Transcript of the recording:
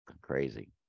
crazy